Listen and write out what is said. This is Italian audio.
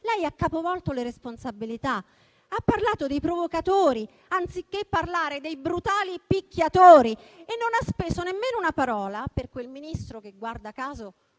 lei ha capovolto le responsabilità: ha parlato dei provocatori anziché parlare dei brutali picchiatori e non ha speso nemmeno una parola per quel Ministro, che guarda caso